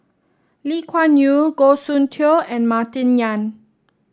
Lee Kuan Yew Goh Soon Tioe and Martin Yan